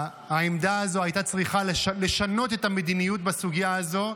העמדה הזאת הייתה צריכה לשנות את המדיניות בסוגיה הזאת.